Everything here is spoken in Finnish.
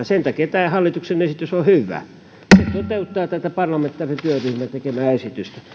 sen takia tämä hallituksen esitys on hyvä se toteuttaa tätä parlamentaarisen työryhmän tekemää esitystä